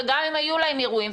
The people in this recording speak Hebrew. וגם אם היו להם אירועים,